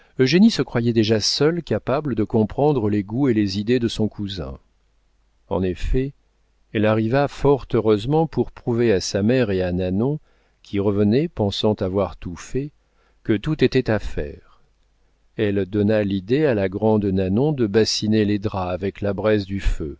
propre eugénie se croyait déjà seule capable de comprendre les goûts et les idées de son cousin en effet elle arriva fort heureusement pour prouver à sa mère et à nanon qui revenaient pensant avoir tout fait que tout était à faire elle donna l'idée à la grande nanon de bassiner les draps avec la braise du feu